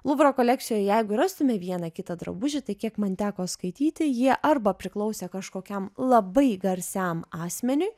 luvro kolekcijoj jeigu rastume vieną kitą drabužį tai kiek man teko skaityti jie arba priklausė kažkokiam labai garsiam asmeniui